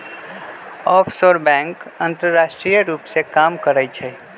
offshore bank अंतरराष्ट्रीय रूप से काम करइ छइ